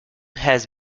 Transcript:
has